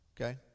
okay